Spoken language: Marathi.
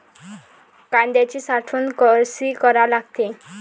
कांद्याची साठवन कसी करा लागते?